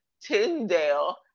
Tyndale